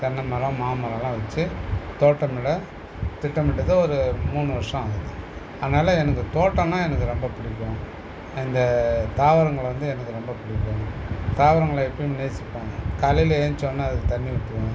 தென்னைமரம் மாமரம்லாம் வச்சி தோட்டமில திட்டமிட்டது ஒரு மூணு வருஷம் ஆகுது அதனால் எனக்கு தோட்டம்னா எனக்கு ரொம்ப பிடிக்கும் இந்த தாவரங்களை வந்து எனக்கு ரொம்ப பிடிக்கும் தாவரங்களை எப்பையும் நேசிப்பேங்க காலையில ஏந்திச்சோன்ன அதுக்கு தண்ணி ஊற்றுவேன்